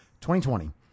2020